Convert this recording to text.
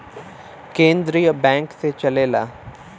केन्द्रीय बैंक से चलेला